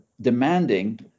demanding